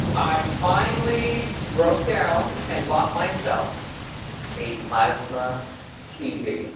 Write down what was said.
i finally broke down and bought myself a plasma tv.